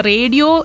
Radio